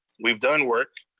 we've done work.